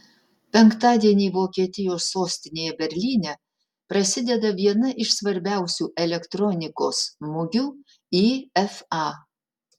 penktadienį vokietijos sostinėje berlyne prasideda viena iš svarbiausių elektronikos mugių ifa